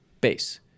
base